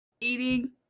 eating